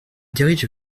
dirige